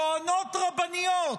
טוענות רבניות,